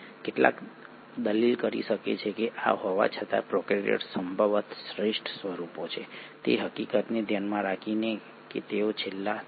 કેટલાક દલીલ કરી શકે છે કે આ હોવા છતાં પ્રોકેરીયોટ્સ સંભવતઃ શ્રેષ્ઠ સ્વરૂપો છે તે હકીકતને ધ્યાનમાં રાખીને કે તેઓ છેલ્લા 3